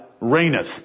reigneth